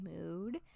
mood